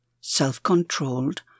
self-controlled